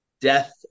death